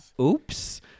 oops